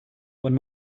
one